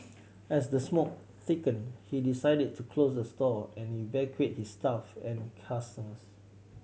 as the smoke thickened he decided to close the store and evacuate his staff and customers